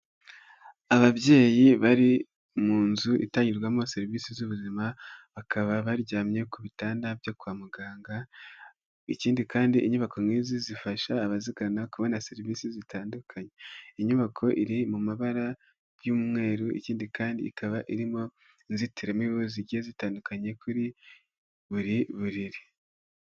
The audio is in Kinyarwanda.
Ababyeyi bari mu nzu itangirwamo serivisi z'ubuzima bakaba baryamye ku bitanda byo kwa muganga, ikindi kandi inyubako nk'izi zifasha abazigana kubona serivisi zitandukanye iInyubako iri mu mabara y'umweru ikindi kandi ikaba irimo inzitiramibu zigiye zitandukanye kuri buri buriri.